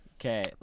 Okay